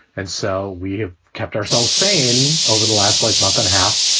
and so we kept ourselves sane over the last like month and a half,